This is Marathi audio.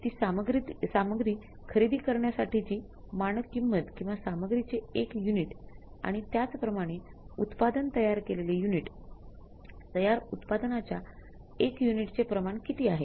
ती सामग्री खरेदी करण्यासाठीची मानक किंमत किंवा सामग्रीचे1 युनिट आणि त्याचप्रमाणे उत्पादन तयार केलेले युनिट तयार उत्पादनाच्या 1 युनिटचे प्रमाण किती आहे